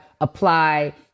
apply